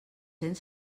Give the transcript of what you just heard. cent